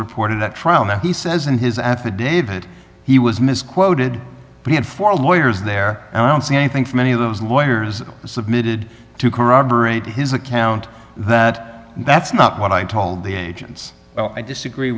reported at trial that he says in his affidavit he was misquoted he had four lawyers there and i don't see anything from any of those lawyers submitted to corroborate his account that that's not what i told the agents i disagree